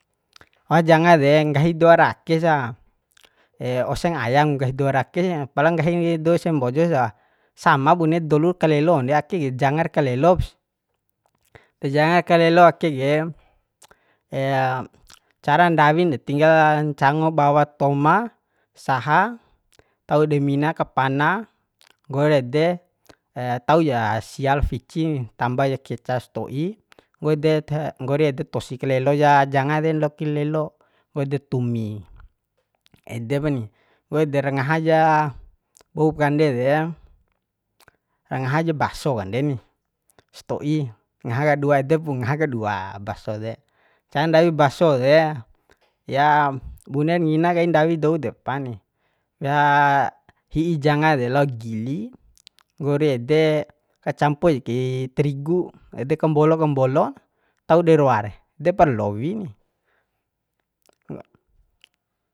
Oha janga de nggahi dou ara ake sa oseng ayam nggahi dou ara ake sa pala nggahi dou ese mbojo sa sama bune dolu kalelo nde ake ke jangar kalesop sih janga kalelo ake ke cara ndawin de tinggala ncango bawa toma saha tau dei mina kapana nggoi ede tau ja sia lo ficin tamba ja keca stoi nggo ede nggori ede tosi kalelo ja janga de lokin lelo waude tumi waude ra ngaha ja boup kande de ra ngaha ja baso kande ni stoi ngaha kadua de pu ngaha kadua baso de cara ndawi baso de ya bune ngina kain ndawi dou depa ni weha hi'i janga de lao gili nggori ede kacampo jekei tarigu ede kambolo kabolo tau dei roa de depar lowi ni